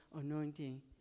anointing